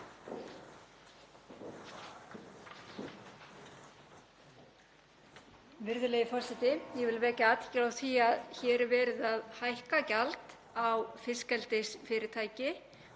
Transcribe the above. Virðulegi forseti. Ég vil vekja athygli á því að hér er verið að hækka gjald á fiskeldisfyrirtæki